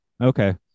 Okay